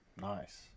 Nice